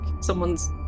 someone's